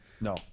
no